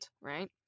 Right